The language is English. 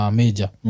major